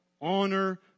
Honor